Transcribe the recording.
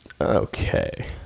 Okay